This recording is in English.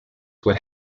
would